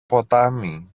ποτάμι